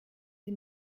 sie